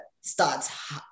starts